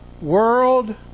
world